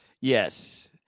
Yes